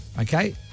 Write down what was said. Okay